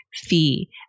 fee